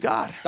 God